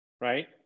right